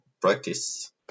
practice